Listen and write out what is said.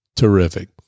Terrific